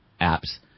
apps